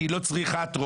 כי היא לא צריכה טרומית,